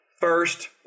First